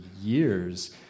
years